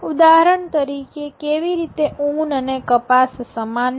ઉદાહરણ તરીકે કેવી રીતે ઉન અને કપાસ સમાન છે